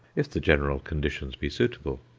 if the general conditions be suitable.